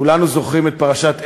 כולנו זוכרים את פרשת "איקיוטק"